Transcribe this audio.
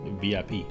VIP